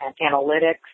analytics